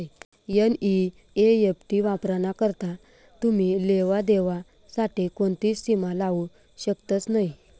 NEFT वापराना करता तुमी लेवा देवा साठे कोणतीच सीमा लावू शकतस नही